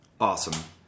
Awesome